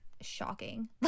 shocking